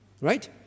right